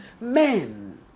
men